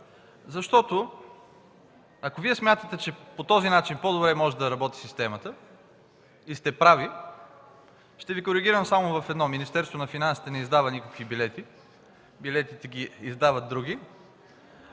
Ако Вие смятате, че по този начин по-добре може да работи системата и сте прави, ще Ви коригирам само в едно: Министерството на финансите не издава никакви билети, издават ги други.